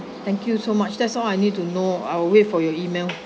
thank you so much that's all I need to know I will wait for your email